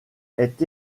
est